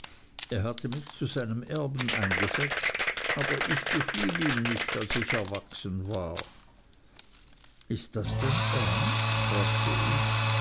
er hatte mich zu seinem erben eingesetzt aber ich gefiel ihm nicht als ich erwachsen war ist das dein ernst fragte ich